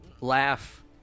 Laugh